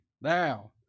thou